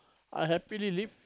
I happily live